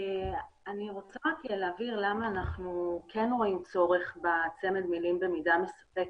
אני רוצה להבהיר למה אנחנו כן רואים צורך בצמד המילים "במידה מספקת".